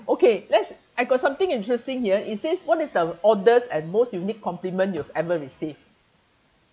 okay let's I got something interesting here it says what is the oddest and most unique compliment you ever received